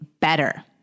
better